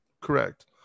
Correct